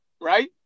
right